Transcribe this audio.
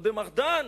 קודם ארדן,